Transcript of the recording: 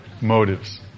Motives